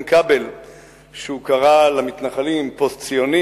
כבל כשהוא קרא למתנחלים פוסט-ציונים,